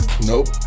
Nope